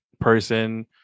person